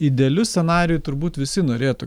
idealiu scenariju turbūt visi norėtų